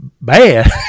bad